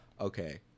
Okay